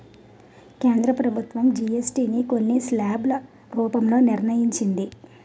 కేంద్ర ప్రభుత్వం జీఎస్టీ ని కొన్ని స్లాబ్ల రూపంలో నిర్ణయించింది